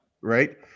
Right